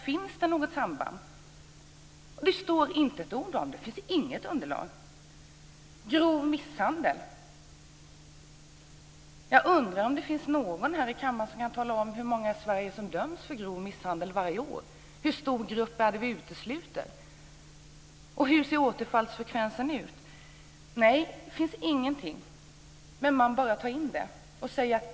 Finns det något sådant samband? Det sägs inte ett ord om det - det finns inget underlag. Vidare undrar jag om det finns någon i denna kammare som kan tala om hur många i Sverige som varje år döms för grov misshandel. Hur stor grupp är det alltså som vi utesluter? Och hur ser återfallsfrekvensen ut? Nej, ingenting om det finns med. Man bara tar in det.